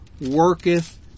worketh